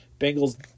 Bengals